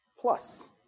plus